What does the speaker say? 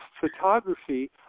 photography